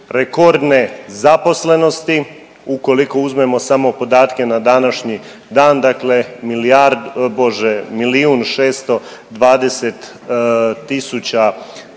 rekordne zaposlenosti. Ukoliko uzmemo samo podatke na današnji dan, dakle milijun šesto dvadeset tisuća